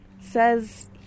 Says